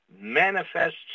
manifests